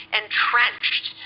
entrenched